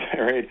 right